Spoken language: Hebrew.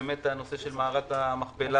שהנושא של מערת המכפלה,